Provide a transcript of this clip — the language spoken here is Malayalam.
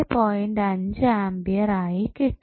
5 ആംപിയർ ആയി കിട്ടും